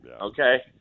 Okay